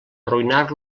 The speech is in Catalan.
arruïnar